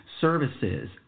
services